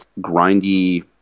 grindy